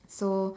so